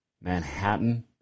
Manhattan